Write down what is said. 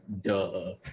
Duh